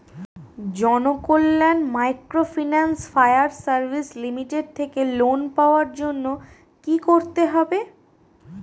Janakalyan microfinance fire service limited থেকে loan পাওয়ার জন্য কি করতে হবে?